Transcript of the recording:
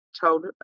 told